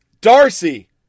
Darcy